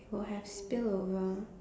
will have spillover